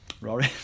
Rory